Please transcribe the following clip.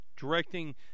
directing